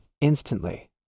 instantly